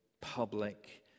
public